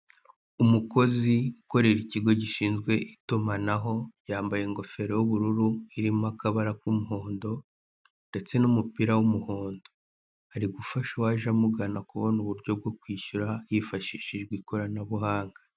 Umukozi ukorera ikigo gishinzwe itumanaho yambaye ingpfero y'ubururu irimo akabara k'umuhondo ndetse n'umupira w'umuhondo ari gufasha uwaje amugana kubona uburyo bwo kwishyura yifashishije ikoranabuhanga.